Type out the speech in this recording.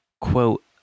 quote